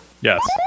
yes